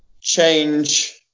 change